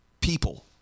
people